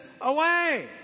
away